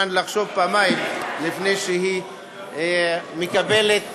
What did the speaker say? לחשוב פעמיים לפני שהיא מקבלת החלטה,